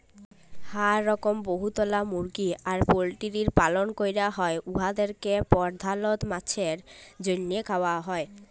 হাঁ রকম বহুতলা মুরগি আর পল্টিরির পালল ক্যরা হ্যয় উয়াদেরকে পর্ধালত মাংছের জ্যনহে খাউয়া হ্যয়